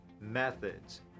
methods